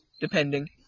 Depending